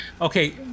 Okay